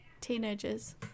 teenagers